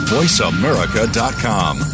Voiceamerica.com